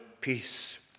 peace